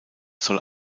soll